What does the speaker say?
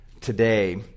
today